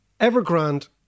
Evergrande